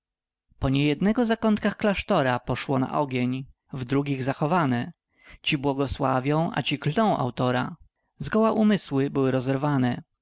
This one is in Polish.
po nie jednego zakątkach klasztora poszło na ogień w drugich zachowane ci błogosławią a ci klną autora zgoła umysły były rozerwane